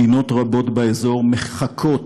מדינות רבות באזור מחכות